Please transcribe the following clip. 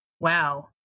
Wow